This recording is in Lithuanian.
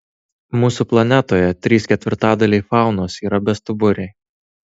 mūsų planetoje trys ketvirtadaliai faunos yra bestuburiai